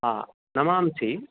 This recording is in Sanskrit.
हा नमांसि